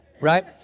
Right